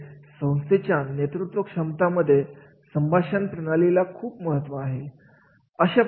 म्हणजेच संस्थेच्या नेतृत्व क्षमता मध्ये संभाषण प्रणालीला खूप महत्त्व आहे